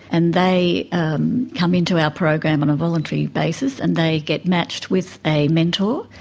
and they come into our program on a voluntary basis and they get matched with a mentor.